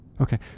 Okay